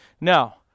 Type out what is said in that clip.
Now